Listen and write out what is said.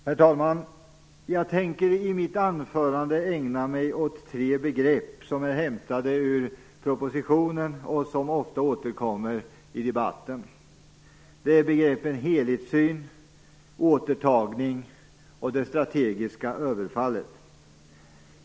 Herr talman! Jag tänker i mitt anförande ägna mig åt tre begrepp som är hämtade ur propositionen och som ofta återkommer i debatten. Det är begreppen helhetssyn, återtagning och det strategiska överfallet.